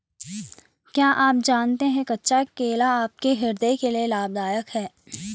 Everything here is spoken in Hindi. क्या आप जानते है कच्चा केला आपके हृदय के लिए लाभदायक है?